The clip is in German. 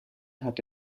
hat